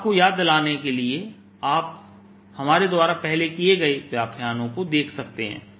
अपने आप को याद दिलाने के लिए आप हमारे द्वारा पहले किए गए व्याख्यानों को देख सकते हैं